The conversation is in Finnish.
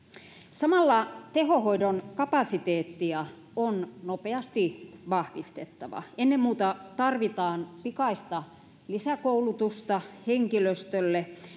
samalla tehohoidon kapasiteettia on nopeasti vahvistettava ennen muuta tarvitaan pikaista lisäkoulutusta henkilöstölle